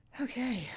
okay